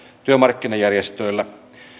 työmarkkinajärjestöillä